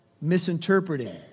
misinterpreting